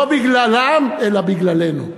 לא בגללם אלא בגללנו.